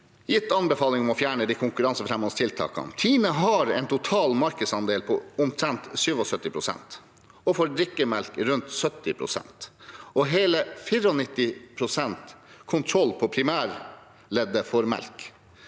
gitt anbefaling om å fjerne de konkurransefremmende tiltakene. Tine har en total markedsandel på omtrent 77 pst., for drikkemelk rundt 70 pst., og hele 94 pst. kontroll på primærleddet for melk.